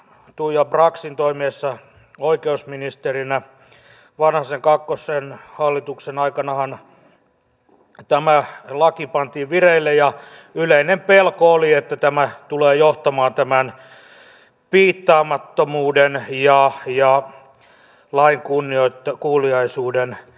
tuija braxin toimiessa oikeusministerinä vanhasen kakkoshallituksen aikanahan tämä laki pantiin vireille ja yleinen pelko oli että tämä tulee johtamaan piittaamattomuuden lisääntymiseen ja lain kunnioittaa kuuliaisuuden